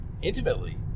intimately